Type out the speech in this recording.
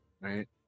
right